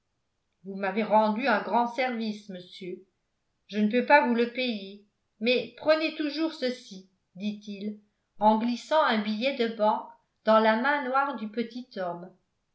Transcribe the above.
vous m'avez rendu un grand service monsieur je ne peux pas vous le payer mais prenez toujours ceci dit-il en glissant un billet de banque dans la main noire du petit homme